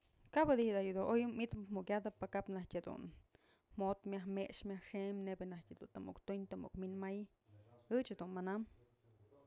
Kap di'j da'a dun oy mitëp jukyatëp pë kap nnajtyë jedun jo'ot myaj mexyë myaj xëm neyb anajtyë të muk tuñ të mu'uk wi'in may ëch jedun manambë.